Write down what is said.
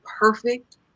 perfect